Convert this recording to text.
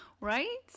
Right